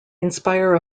inspire